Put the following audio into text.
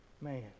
Man